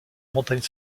montagne